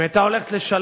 אם היא היתה הולכת לשלום.